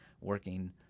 working